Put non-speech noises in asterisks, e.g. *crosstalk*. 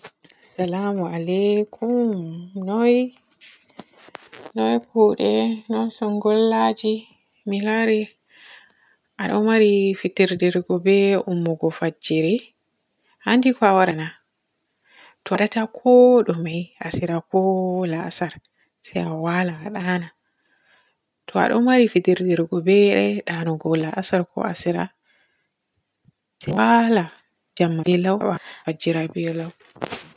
*noise* Salama alaikum, noy,? noy kuude? noy sugullaji? mi laari a ɗo maari fitirdirgo be ommugo fajjiri. A anndi ko a waada na. Ta waadata kooɗume asira ko la'asar se a waala a ndaana, to aɗo mari fitirdirgo be ndanugo la'asar ko asira *hesitation* se waala jemma be lau heba fajjira be lau.